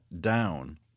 down